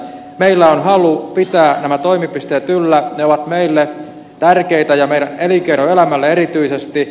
meillä on halu pitää nämä toimipisteet yllä ne ovat meille tärkeitä ja meidän elinkeinoelämälle erityisesti